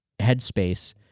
headspace